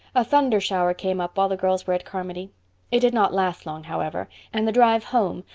a thunder-shower came up while the girls were at carmody it did not last long, however, and the drive home,